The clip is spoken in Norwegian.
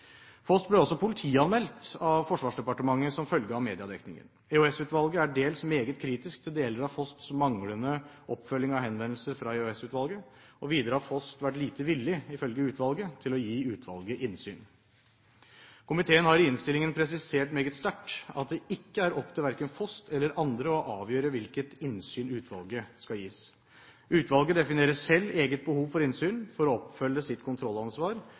FOST ble også politianmeldt av Forsvarsdepartementet som følge av mediedekningen. EOS-utvalget er dels meget kritisk til deler av FOSTs manglende oppfølging av henvendelser fra EOS-utvalget. Videre har FOST vært lite villig, ifølge utvalget, til å gi utvalget innsyn. Komiteen har i innstillingen presisert meget sterkt at det ikke er opp til verken FOST eller andre å avgjøre hvilket innsyn utvalget skal gis. Utvalget definerer selv eget behov for innsyn for å følge opp sitt kontrollansvar